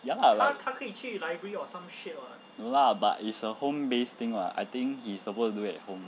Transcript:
ya lah like no lah but it's a home based thing [what] I think he supposed to do at home